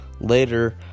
Later